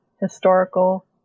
historical